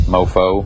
Mofo